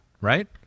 right